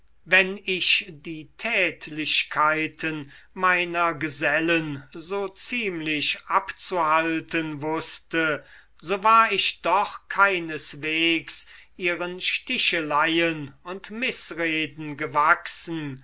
wenn ich die tätlichkeiten meiner gesellen so ziemlich abzuhalten wußte so war ich doch keineswegs ihren sticheleien und mißreden gewachsen